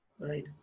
Right